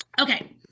Okay